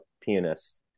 pianist